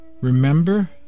Remember